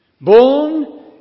Born